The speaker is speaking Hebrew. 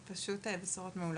פשוט בשורות מעולות.